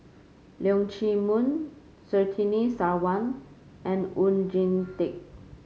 Leong Chee Mun Surtini Sarwan and Oon Jin Teik